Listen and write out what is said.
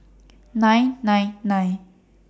nine nine nine